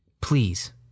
Please